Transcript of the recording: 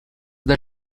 del